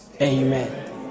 Amen